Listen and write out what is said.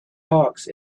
hawks